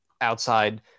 outside